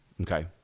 Okay